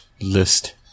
List